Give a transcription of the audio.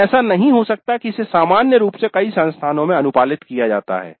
पर ऐसा नहीं हो सकता कि इसे सामान्य रूप से कई संस्थानों में अनुपालित किया जाता है